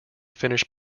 finnish